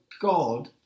god